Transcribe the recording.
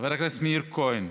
חבר הכנסת מאיר כהן,